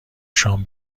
شام